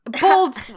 Bold